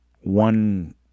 one